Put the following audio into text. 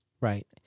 right